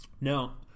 now